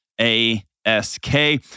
A-S-K